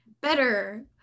better